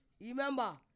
Remember